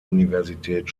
universität